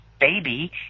baby